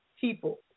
people